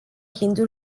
hindu